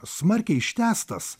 smarkiai ištęstas